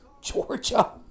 Georgia